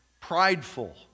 prideful